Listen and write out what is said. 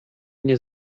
nie